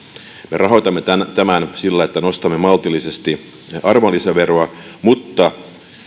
me rahoitamme tämän sillä että nostamme maltillisesti arvonlisäveroa nolla pilkku